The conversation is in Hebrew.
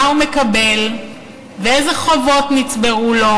מה הוא מקבל ואיזה חובות נצברו לו,